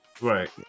Right